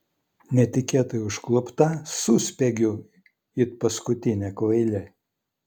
netikėtai užklupta suspiegiu it paskutinė kvailė